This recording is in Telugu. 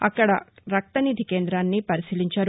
అక్కడి రక్తనిధి కేందాన్ని పరిశీలించారు